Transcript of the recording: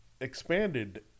expanded